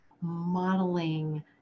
modeling